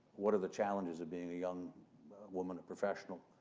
what are the challenges of being a young woman, a professional,